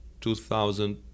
2000